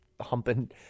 humping